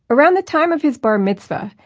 around the time of his bar mitzvah,